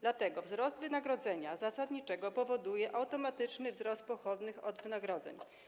Dlatego wzrost wynagrodzenia zasadniczego powoduje automatyczny wzrost pochodnych od wynagrodzeń.